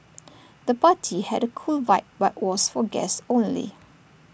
the party had A cool vibe but was for guests only